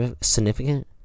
significant